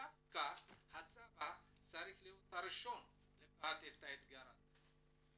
דווקא הצבא צריך להיות הראשון שייקח את האתגר הזה.